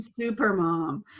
Supermom